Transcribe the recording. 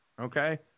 okay